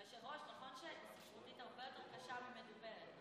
היושב-ראש, נכון שספרותית הרבה יותר קשה ממדוברת?